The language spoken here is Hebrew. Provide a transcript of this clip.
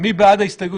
שאת כופרת.